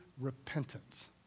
repentance